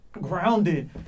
grounded